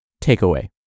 Takeaway